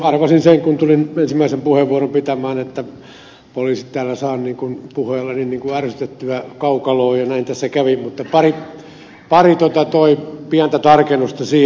arvasin sen kun tulin ensimmäisen puheenvuoron pitämään että saan täällä poliisit puheellani ikään kuin ärsytettyä kaukaloon ja näin tässä kävi mutta pari pientä tarkennusta siihen